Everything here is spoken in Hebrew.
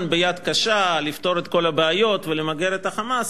ביד קשה לפתור את כל הבעיות ולמגר את ה"חמאס",